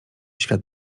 świat